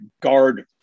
guard